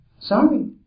Sorry